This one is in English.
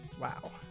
Wow